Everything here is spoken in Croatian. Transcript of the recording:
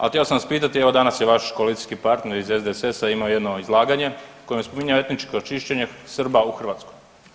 A htio sam vas pitati, evo danas je vaš koalicijski partner iz SDSS-a imao jedno izlaganje u kojem je spominjao etničko čišćenje Srba u Hrvatskoj.